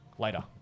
Later